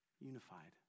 unified